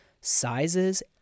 sizes